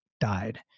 died